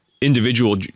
individual